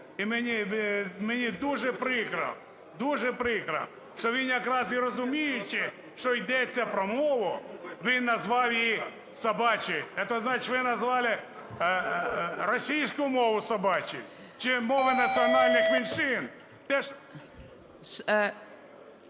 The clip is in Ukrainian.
І мені дуже прикро, дуже прикро, що він, якраз і розуміючи, що йдеться про мову, він назвав її собачою. Это значит, вы назвали російську мову собачою? Чи мови національних меншин?